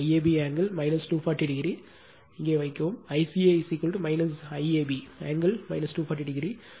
இங்கே வைக்கவும் ICA IAB angle 240o